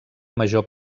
major